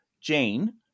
Jane